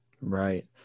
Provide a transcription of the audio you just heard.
Right